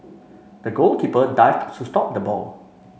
the goalkeeper dived to stop the ball